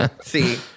See